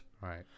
Right